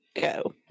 go